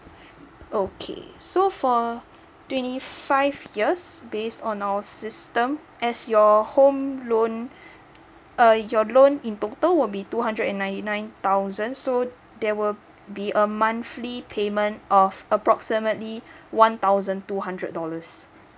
okay so for twenty five years base on our system as your home loan uh your loan in total will be two hundred and ninety nine thousand so there will be a monthly payment of approximately one thousand two hundred dollars